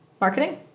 Marketing